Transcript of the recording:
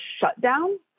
shutdown